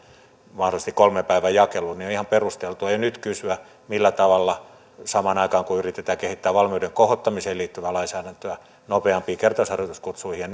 mahdollisesti kolmen päivän jakeluun niin on ihan perusteltua jo nyt kysyä millä tavoilla samaan aikaan kun yritetään kehittää valmiuden kohottamiseen liittyvää lainsäädäntöä nopeampiin kertausharjoituskutsuihin ja